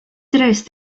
tres